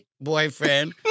boyfriend